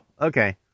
okay